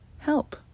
help